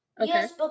Yes